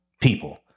people